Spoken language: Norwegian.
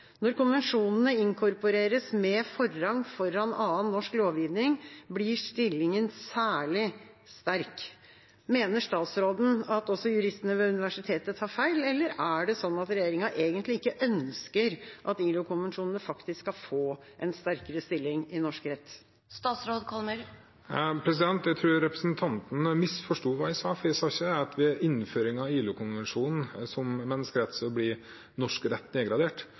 Når konvensjonene inkorporeres med forrang foran annen norsk lovgivning blir stillingen særlig sterk.» Mener statsråden at også juristene ved universitetet tar feil, eller er det sånn at regjeringa egentlig ikke ønsker at ILO-konvensjonene faktisk skal få en sterkere stilling i norsk rett? Jeg tror representanten misforsto hva jeg sa, for jeg sa ikke at ved innføring av ILO-konvensjonene som menneskerett blir norsk rett nedgradert,